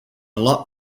lot